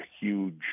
huge